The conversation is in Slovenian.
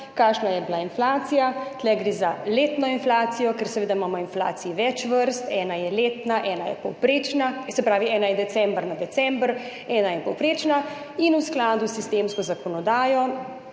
kakšna je bila inflacija. Tu gre za letno inflacijo. Ker imamo seveda inflacij več vrst, ena je letna, ena je povprečna, se pravi ena je december na december, ena je povprečna. In v skladu s sistemsko zakonodajo